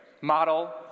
Model